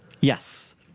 Yes